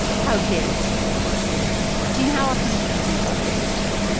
how dare they? right gene, how often do you think about the way you speak?